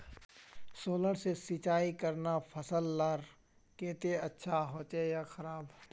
Solar से सिंचाई करना फसल लार केते अच्छा होचे या खराब?